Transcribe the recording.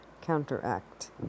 counteract